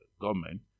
government